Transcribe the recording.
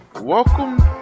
welcome